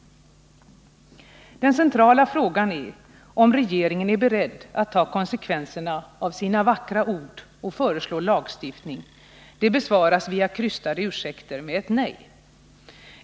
Den centrala frågan, om regeringen är beredd att ta konsekvenserna av sina vackra ord och föreslå lagstiftning, besvaras via krystade ursäkter med ett nej.